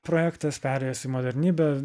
projektas perėjęs į modernybę